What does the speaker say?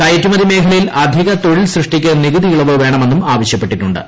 കയറ്റുമതി മേഖലയിൽ അധിക തൊഴിൽ സൃഷ്ടിക്ക് നികുതിയിളവ് വേണമെന്നും ആവശ്യപ്പെട്ടിട്ടു ്